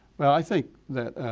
well i think that,